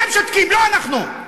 אתם שותקים, לא אנחנו.